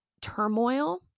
turmoil